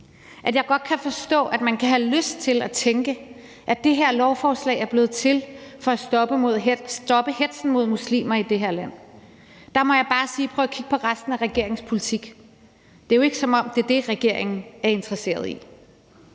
at jeg godt kan forstå, at man kan have lyst til at tænke, at det her lovforslag er blevet til for at stoppe hetzen mod muslimer i det her land. Der må jeg bare sige: Prøv at kigge på resten af regeringens politik. Det er jo ikke, som om det er det, regeringen er interesseret i.